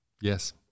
yes